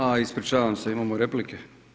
A, ispričavam se, imamo replika.